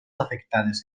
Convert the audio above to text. afectades